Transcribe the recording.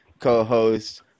co-host